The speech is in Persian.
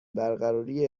برقراری